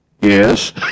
Yes